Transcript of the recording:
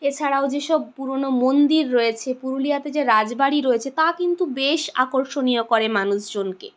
এছাড়াও যে সব পুরোনো মন্দির রয়েছে পুরুলিয়াতে যে রাজবাড়ি রয়েছে তা কিন্তু বেশ আকর্ষণীয় করে মানুষজনকে